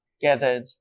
gathered